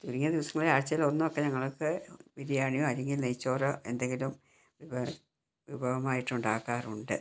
ചുരുങ്ങിയ ദിവസങ്ങളിൽ ആഴ്ച്ചയിൽ ഒന്നൊക്കെ ഞങ്ങൾക്ക് ബിരിയാണിയോ അല്ലെങ്കിൽ നെയ്ച്ചോറോ എന്തെങ്കിലും വിഭവമായിട്ട് ഉണ്ടാക്കാറുണ്ട്